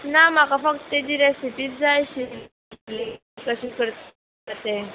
ना म्हाका फक्त तेजी रेसिपीज जाय आशिल्ली कशें करता ते